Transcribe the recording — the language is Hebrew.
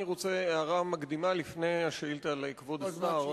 אני רוצה הערה מקדימה לפני השאילתא לכבוד השר.